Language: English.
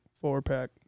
four-pack